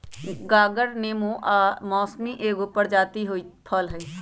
गागर नेबो आ मौसमिके एगो प्रजाति फल हइ